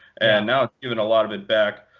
and now it's giving a lot of it back.